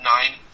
nine